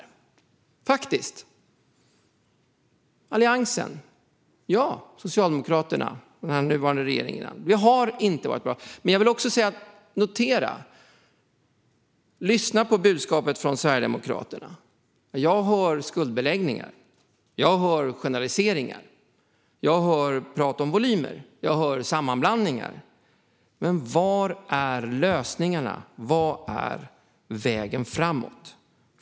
Det gäller både Alliansen, Socialdemokraterna och den nuvarande regeringen. Vi har inte varit bra på det. Jag vill be er notera budskapet från Sverigedemokraterna. Jag hör skuldbeläggning. Jag hör generaliseringar. Jag hör prat om volymer. Jag hör sammanblandningar. Men var är lösningarna? Vad är vägen framåt?